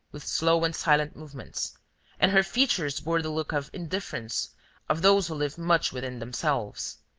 with slow and silent movements and her features bore the look of indifference of those who live much within themselves.